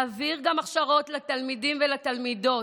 להעביר גם הכשרות לתלמידים ולתלמידות.